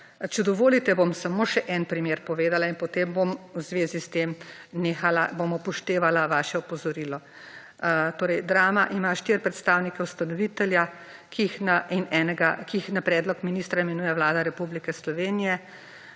Če dovolite, bom samo še en primer povedala in potem bom v zvezi s tem nehala, bom upoštevala vaše opozorilo. Torej Drama ima štiri predstavnike ustanovitelja, ki jih na predlog ministra imenuje Vlada Republike Slovenije,